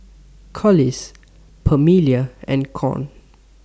Collis Pamelia and Con